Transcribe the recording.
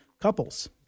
couples